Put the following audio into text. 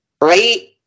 Right